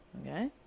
Okay